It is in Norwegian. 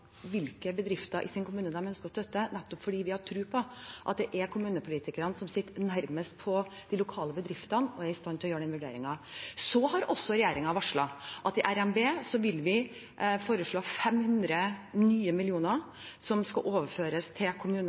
hvilke bedrifter i kommunene deres de ønsker å støtte, nettopp fordi vi har tro på at det er kommunepolitikerne som sitter nærmest de lokalebedriftene og er i stand til å gjøre den vurderingen. Så har også regjeringen varslet at i revidert nasjonalbudsjett vil vi foreslå nye 500 mill. kr, som skal overføres til kommunene.